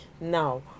Now